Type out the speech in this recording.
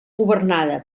governada